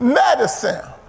medicine